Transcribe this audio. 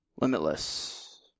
Limitless